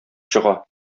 чыга